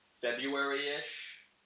February-ish